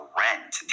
rent